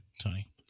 Tony